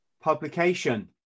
publication